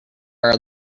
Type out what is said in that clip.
are